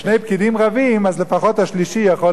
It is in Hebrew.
אז לפחות השלישי יכול להרוויח מזה.